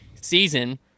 season